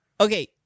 okay